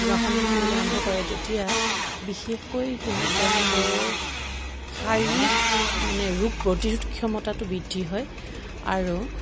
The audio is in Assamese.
যোগাসন শিকিবলৈ আৰম্ভ কৰে তেতিয়া বিশেষকৈ সিহঁত তেওঁলোকৰ শাৰীৰিক মানে ৰোগ প্ৰতিৰোধ ক্ষমতাটো বৃদ্ধি হয় আৰু